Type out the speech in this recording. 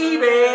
Baby